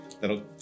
That'll